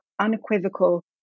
unequivocal